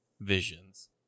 visions